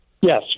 Yes